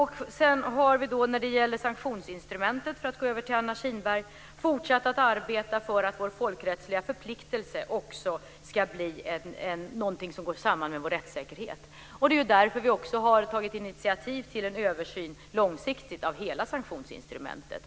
När det gäller sanktionsinstrumentet, för att gå över till Anna Kinbergs fråga, har vi fortsatt att arbeta för att vår folkrättsliga förpliktelse också ska gå samman med vår rättssäkerhet. Det är därför vi har tagit initiativ till en långsiktig översyn av hela sanktionsinstrumentet.